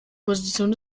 position